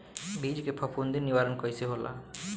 बीज के फफूंदी निवारण कईसे होला?